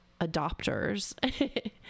adopters